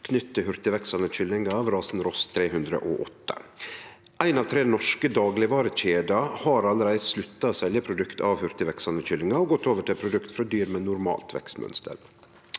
knytt til hurtigveksande kyllingar av rasen Ross 308. Éin av tre norske daglegvarekjeder har allereie slutta å selje produkt av hurtigveksande kyllingar og gått over til produkt frå dyr med normalt vekstmønster.